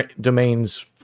domains